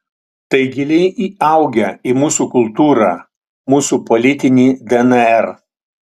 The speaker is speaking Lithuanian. tai giliai įaugę į mūsų kultūrą mūsų politinį dnr